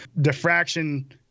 Diffraction